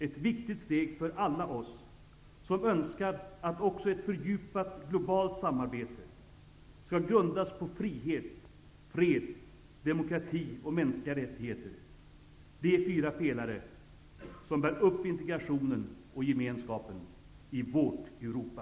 Ett viktigt steg för alla oss som önskar att också ett fördjupat globalt samarbete skall grundas på frihet, fred, demokrati och mänskliga rättigheter -- de fyra pelare som bär upp integrationen och gemenskapen i vårt Europa!